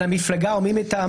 על המפלגה או מי מטעמה,